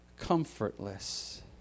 comfortless